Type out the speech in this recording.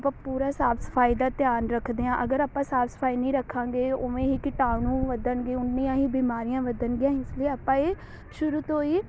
ਆਪਾਂ ਪੂਰਾ ਸਾਫ਼ ਸਫਾਈ ਦਾ ਧਿਆਨ ਰੱਖਦੇ ਹਾਂ ਅਗਰ ਆਪਾਂ ਸਾਫ਼ ਸਫਾਈ ਨਹੀਂ ਰੱਖਾਂਗੇ ਉਵੇਂ ਹੀ ਕੀਟਾਣੂ ਵਧਣਗੇ ਉੱਨੀਆਂ ਹੀ ਬਿਮਾਰੀਆਂ ਵਧਣਗੀਆਂ ਇਸ ਲਈ ਆਪਾਂ ਇਹ ਸ਼ੁਰੂ ਤੋਂ ਹੀ